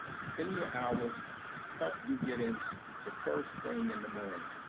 senior hours help you get in the first thing in the morning.